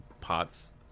pots